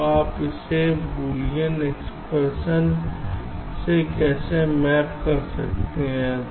तो आप इसे बूलियन एक्सप्रेशन में कैसे मैप करते हैं